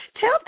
Tell